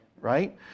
right